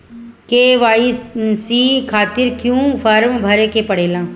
KYC खातिर क्यूं form भरे के पड़ेला?